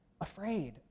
Afraid